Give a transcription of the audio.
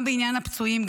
גם בעניין הפצועים,